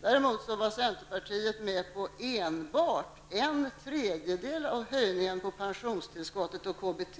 Däremot var centerpartiet med på enbart en tredjedel av höjningen av pensionstillskotten och KBT.